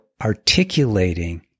articulating